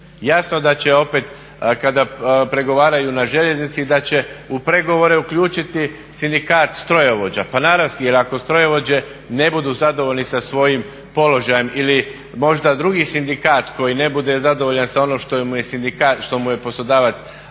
Jasno da će opet kada pregovaraju na željeznici da će u pregovore uključiti sindikat strojovođa, pa naravski, jer ako strojovođe ne budu zadovoljni sa svojim položajem ili možda drugi sindikat koji ne bude zadovoljan sa onim što mu je poslodavac